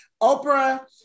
Oprah